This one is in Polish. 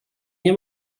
nie